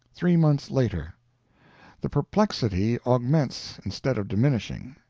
three months later the perplexity augments instead of diminishing.